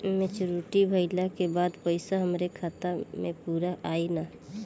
Maturity भईला के बाद पईसा हमरे खाता म पूरा आई न?